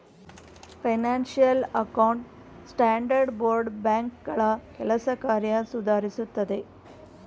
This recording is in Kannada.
ಫೈನಾನ್ಸಿಯಲ್ ಅಕೌಂಟ್ ಸ್ಟ್ಯಾಂಡರ್ಡ್ ಬೋರ್ಡ್ ಬ್ಯಾಂಕ್ಗಳ ಕೆಲಸ ಕಾರ್ಯ ಸುಧಾರಿಸುತ್ತದೆ